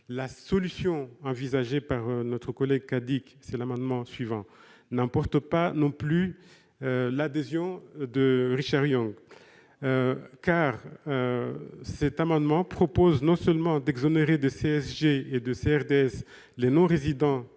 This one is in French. La solution envisagée par notre collègue Cadic dans l'amendement n° 353 rectifié n'emporte pas non plus l'adhésion de Richard Yung. Cet amendement tend non seulement à exonérer de CSG et de CRDS les non-résidents